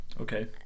Okay